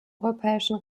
europäischen